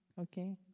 Okay